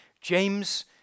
James